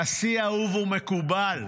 נשיא אהוב ומקובל,